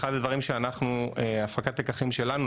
אחד הדברים שאנחנו הפקת לקחים שלנו,